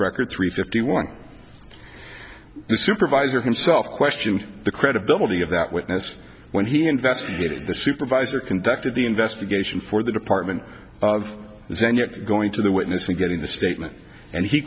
record three fifty one the supervisor himself questioned the credibility of that witness when he investigated the supervisor conducted the investigation for the department of the senate going to the witness and getting the statement and he